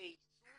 כמטה יישום